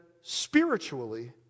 spiritually